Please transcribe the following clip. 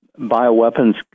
Bioweapons